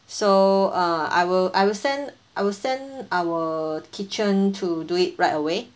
so uh I will I will send I will send our kitchen to do it right away